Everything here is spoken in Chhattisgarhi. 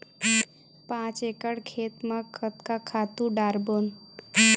पांच एकड़ खेत म कतका खातु डारबोन?